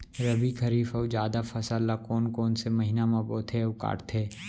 रबि, खरीफ अऊ जादा फसल ल कोन कोन से महीना म बोथे अऊ काटते?